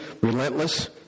relentless